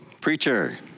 preacher